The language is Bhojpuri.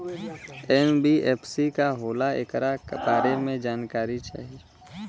एन.बी.एफ.सी का होला ऐकरा बारे मे जानकारी चाही?